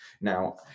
Now